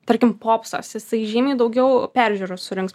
tarkim popsas jisai žymiai daugiau peržiūrų surinks